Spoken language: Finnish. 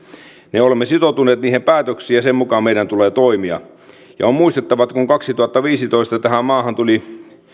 me olemme sitoutuneet niihin päätöksiin ja sen mukaan meidän tulee toimia on muistettava että kun kaksituhattaviisitoista tähän maahan tuli